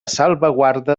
salvaguarda